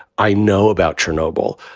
i know about chernobyl.